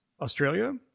Australia